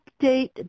update